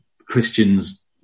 Christians